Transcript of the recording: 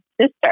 sister